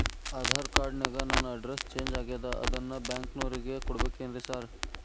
Aadhaar card ನ್ಯಾಗ ನನ್ address change ಆಗ್ಯಾದ ಅದನ್ನ ಬ್ಯಾಂಕಿನೊರಿಗೆ ಕೊಡ್ಬೇಕೇನ್ರಿ ಸಾರ್?